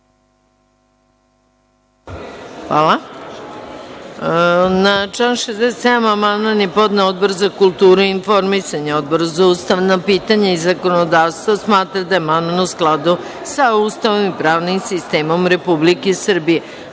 Na član 67. amandman je podneo Odbor za kulturu i informisanje. Odbor za ustavna pitanja i zakonodavstvo smatra da je amandman u skladu sa Ustavom i pravnim sistemom Republike Srbije. Molim